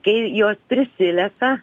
kai jos prisilesa